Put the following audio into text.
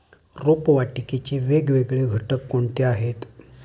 रोपवाटिकेचे वेगवेगळे घटक कोणते आहेत?